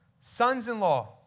sons-in-law